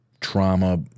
trauma